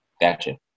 Gotcha